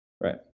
right